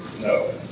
No